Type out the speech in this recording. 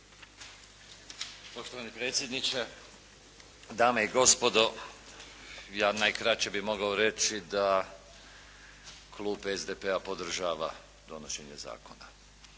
Gospodine predsjedniče, dame i gospodo. Ja najkraće bi mogao reći da klub SDP-a podržava donošenje zakona.